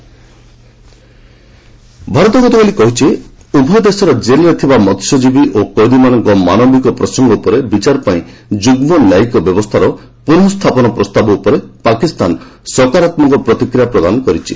India Pakistan Bharat ଗତକାଲି କହିଛି ଉଭୟ ଦେଶର ଜେଲ୍ରେ ଥିବା ମସ୍ୟଜୀବୀ ଓ କଏଦୀମାନଙ୍କ ମାନବିକ ପ୍ରସଙ୍ଗ ଉପରେ ବିଚାର ପାଇଁ ଯୁଗ୍ମ ନ୍ୟାୟିକ ବ୍ୟବସ୍ଥାର ପୁନଃ ସ୍ଥାପନ ପ୍ରସ୍ତାବ ଉପରେ ପାକିସ୍ତାନ ସକାରାତ୍ମକ ପ୍ରତିକ୍ରିୟା ପ୍ରଦାନ କରିଛି